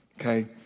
Okay